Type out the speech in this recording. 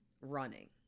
running